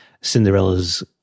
Cinderella's